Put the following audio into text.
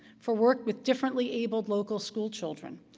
for work with differently abled local schoolchildren,